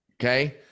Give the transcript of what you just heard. Okay